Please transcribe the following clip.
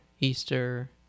Easter